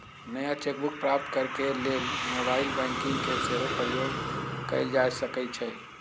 नया cheque book प्राप्त करेके लेल मोबाइल बैंकिंग के सेहो प्रयोग कएल जा सकइ छइ